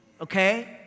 okay